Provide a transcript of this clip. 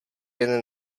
jen